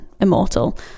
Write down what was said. immortal